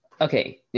Okay